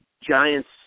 Giants